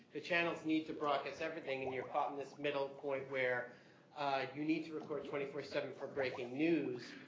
the channels need to broadcast everything. and you're caught in this middle point where you need to report twenty four seven for breaking news.